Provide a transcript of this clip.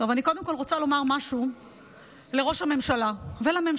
אני קודם כול רוצה לומר משהו לראש הממשלה ולממשלה.